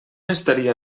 estaria